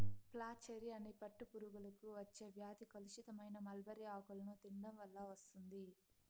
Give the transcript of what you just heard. flacherie అనే పట్టు పురుగులకు వచ్చే వ్యాధి కలుషితమైన మల్బరీ ఆకులను తినడం వల్ల వస్తుంది